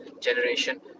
generation